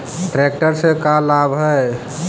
Tractor से का लाभ है?